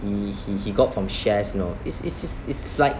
he he he got from shares you know it's it's it's it's like